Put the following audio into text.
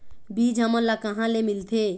बीज हमन ला कहां ले मिलथे?